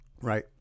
Right